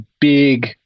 big